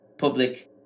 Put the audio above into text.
public